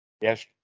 Yes